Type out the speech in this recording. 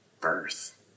birth